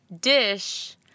dish